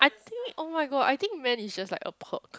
I think oh-my-God I think men is just like a perk